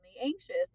anxious